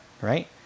Right